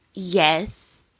Yes